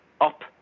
up